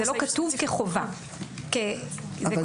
אבל זה לא כתוב כחובה, זה כתוב כברירת מחדל.